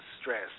stress